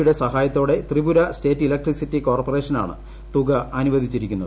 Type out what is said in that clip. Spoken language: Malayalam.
യുടെ സഹായത്തോടെ ത്രിപുര സ്റ്റേറ്റ് ഇലക്ട്രിസിറ്റി കോർപ്പറേഷനാണ് തുക അനുവദിച്ചിരിക്കുന്നത്